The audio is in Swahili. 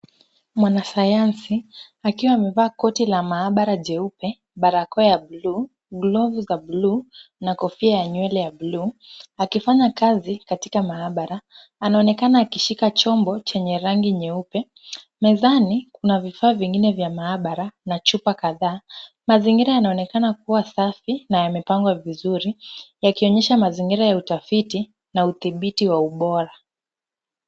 Mwanasayansi akiwa amevaa koti la maabara jeupe, barakoa ya blue , glovu za blue na kofia ya nywele ya blue akifanya kazi katika maabara. Anaonekana akishika chombo chenye rangi nyeupe. Mezani kuna vifaa vingine vya maabara na chupa kadhaa. Mazingira yanaonekana kuwa safi na yamepangwa vizuri yakionyesha mazingira ya utafiti na udhibiti wa ubora.